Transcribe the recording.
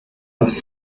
das